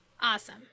awesome